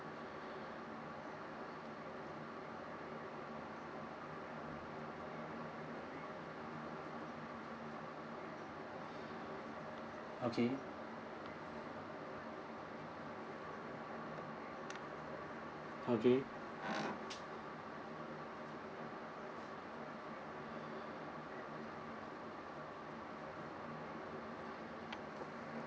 okay okay